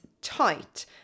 tight